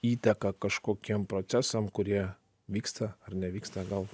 įtaka kažkokiem procesam kurie vyksta ar nevyksta gal